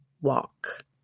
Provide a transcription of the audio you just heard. walk